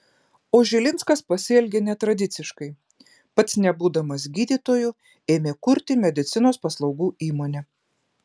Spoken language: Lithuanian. o žilinskas pasielgė netradiciškai pats nebūdamas gydytoju ėmė kurti medicinos paslaugų įmonę